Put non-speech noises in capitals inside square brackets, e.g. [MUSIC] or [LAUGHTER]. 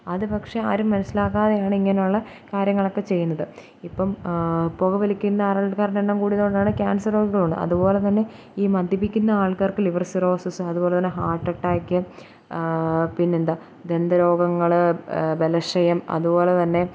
അതു പക്ഷേ ആരും മനസ്സിലാക്കാതെയാണ് ഇങ്ങനെയുള്ള കാര്യങ്ങളൊക്കെ ചെയ്യുന്നത് ഇപ്പം പുകവലിക്കുന്ന [UNINTELLIGIBLE] ആൾക്കാരുടെ എണ്ണം കൂടിയതു കൊണ്ടാണ് ക്യാൻസർ രോഗികളുള്ളത് അതുപോലെതന്നെ ഈ മദ്യപിക്കുന്ന ആൾക്കാർക്ക് ലിവർ സിറോസിസ് അതുപോലെതന്നെ ഹാർട്ട് അറ്റാക്ക് പിന്നെന്താ ദന്ത രോഗങ്ങൾ ബലക്ഷയം അതുപോലെതന്നെ